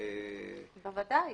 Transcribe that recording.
בוודאי.